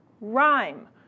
rhyme